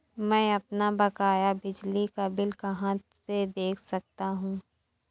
मैं अपना बकाया बिजली का बिल कहाँ से देख सकता हूँ?